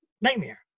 nightmare